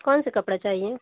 कौन सा कपड़ा चाहिए